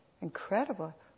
incredible